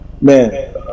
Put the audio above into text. man